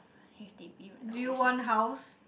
h_d_b renovation